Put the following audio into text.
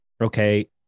okay